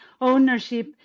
ownership